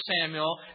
Samuel